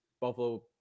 Buffalo